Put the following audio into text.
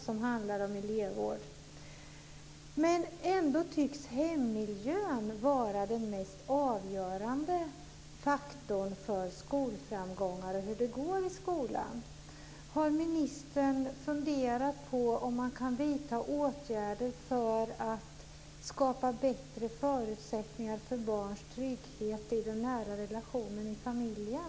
Den handlar om elevvård. Men ändå tycks hemmiljön vara den mest avgörande faktorn för skolframgångar och för hur det går i skolan. Har ministern funderat på om man kan vidta åtgärder för att skapa bättre förutsättningar för barns trygghet i den nära relationen i familjen?